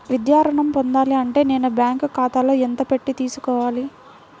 విద్యా ఋణం పొందాలి అంటే నేను బ్యాంకు ఖాతాలో ఎంత పెట్టి తీసుకోవాలి?